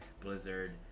Blizzard